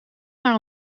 naar